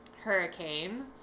Hurricane